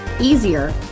easier